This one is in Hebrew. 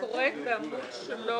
קוראת בעמוד 3